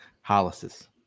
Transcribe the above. Hollis's